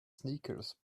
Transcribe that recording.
sneakers